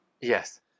Yes